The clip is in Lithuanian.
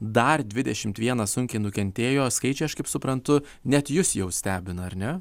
dar dvidešimt vienas sunkiai nukentėjo skaičiai aš kaip suprantu net jus jau stebina ar ne